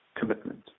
commitment